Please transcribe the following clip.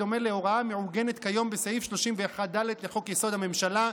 בדומה להוראה המעוגנת כיום בסעיף 31(ד) לחוק-יסוד: הממשלה,